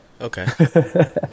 Okay